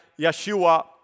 Yeshua